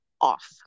off